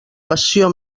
passió